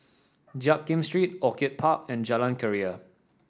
Jiak Kim Street Orchid Park and Jalan Keria